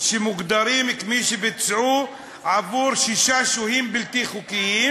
שמוגדרים כמי שביצעו עבור שישה שוהים בלתי חוקיים